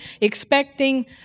expecting